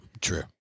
True